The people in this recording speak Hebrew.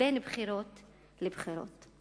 בין בחירות לבחירות.